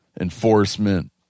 enforcement